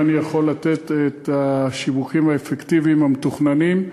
האם אני יכול לתת את השיווקים האפקטיביים המתוכננים.